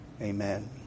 Amen